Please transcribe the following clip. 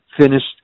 finished